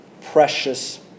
precious